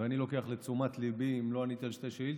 ואני לוקח לתשומת ליבי אם לא עניתי על שתי שאילתות.